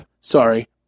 Sorry